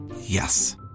Yes